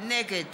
נגד